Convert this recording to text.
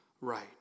right